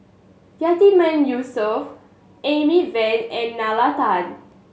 Yatiman Yusof Amy Van and Nalla Tan